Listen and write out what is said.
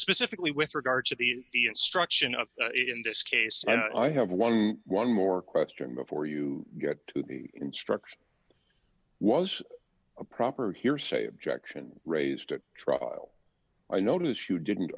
specifically with regard to the instruction of in this case and i have eleven more question before you get to the instruction was a proper hearsay objection raised at trial i notice you didn't